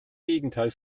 gegenteil